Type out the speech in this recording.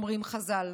אומרים חז"ל.